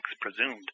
presumed